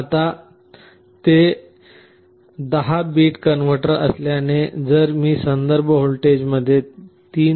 आता ते 10 bit converter असल्याने जर मी संदर्भ व्होल्टेजमध्ये 3